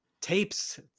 tapes